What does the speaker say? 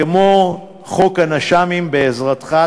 כמו חוק הנש"מים בעזרתך,